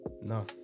No